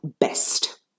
best